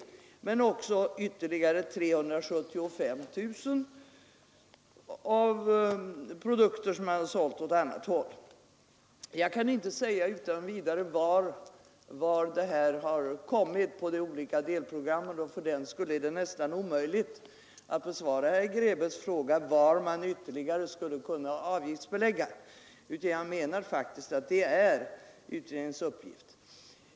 375 000 kronor har man fått in för produkter som sålts åt annat håll. Jag kan inte utan vidare säga vilka delprogram som ger dessa inkomster. Fördenskull är det nästan omöjligt att besvara herr Grebäcks fråga vad man ytterligare skulle kunna avgiftsbelägga. Jag menar faktiskt att det är utredningens uppgift.